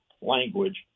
language